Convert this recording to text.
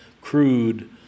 crude